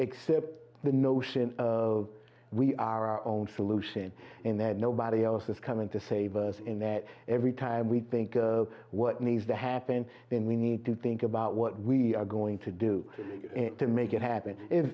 accept the notion of we are our own solution and that nobody else is coming to save us in that every time we think what needs to happen then we need to think about what we are going to do to make it happen i